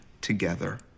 together